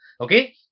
Okay